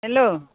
hello